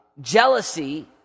jealousy